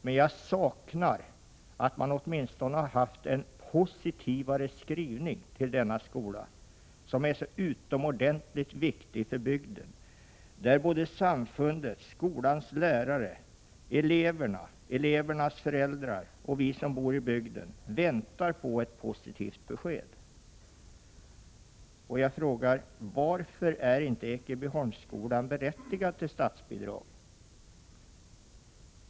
Men jag tycker att utskottet kunde ha gjort en positiv skrivning när det gäller den här skolan, som är så utomordentlig viktig för bygden. Samfundet, skolan, lärarna, eleverna, elevernas föräldrar och vi andra som bor i bygden väntar på ett positivt besked. Varför är inte Ekebyholmsskolan berättigad till statsbidrag?